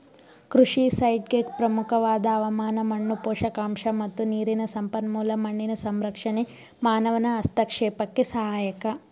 ಕೃಷಿ ಸೈಟ್ಗೆ ಪ್ರಮುಖವಾದ ಹವಾಮಾನ ಮಣ್ಣು ಪೋಷಕಾಂಶ ಮತ್ತು ನೀರಿನ ಸಂಪನ್ಮೂಲ ಮಣ್ಣಿನ ಸಂರಕ್ಷಣೆ ಮಾನವನ ಹಸ್ತಕ್ಷೇಪಕ್ಕೆ ಸಹಾಯಕ